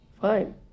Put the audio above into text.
fine